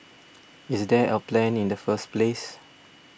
is there a plan in the first place